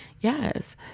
Yes